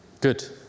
Good